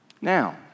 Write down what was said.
Now